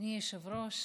אדוני היושב-ראש,